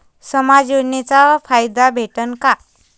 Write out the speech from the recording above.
समाज योजनेचा फायदा भेटन का?